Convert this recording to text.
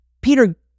Peter